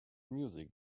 music